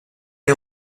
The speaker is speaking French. est